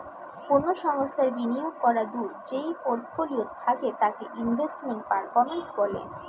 কোনো সংস্থার বিনিয়োগ করাদূঢ় যেই পোর্টফোলিও থাকে তাকে ইনভেস্টমেন্ট পারফরম্যান্স বলে